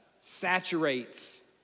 saturates